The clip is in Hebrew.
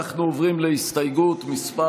אנחנו עוברים להסתייגות מס'